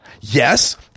Yes